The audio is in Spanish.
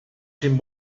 sin